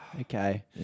Okay